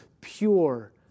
pure